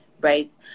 right